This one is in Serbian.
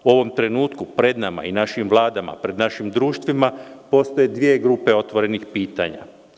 U ovom trenutku pred nama i našim vladama, pred našim društvima postoje dvje grupe otvorenih pitanja.